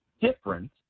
different